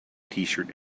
tshirt